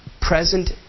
present